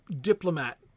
diplomat